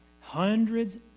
hundreds